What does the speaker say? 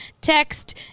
text